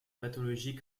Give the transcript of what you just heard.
pathologies